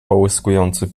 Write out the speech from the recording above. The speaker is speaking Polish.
połyskujący